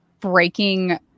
breaking